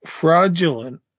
fraudulent